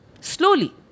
Slowly